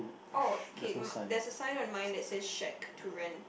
okay mm there's a sign on mine that says shack to rent